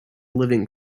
living